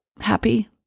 happy